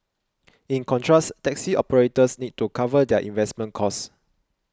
in contrast taxi operators need to cover their investment costs